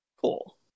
Cool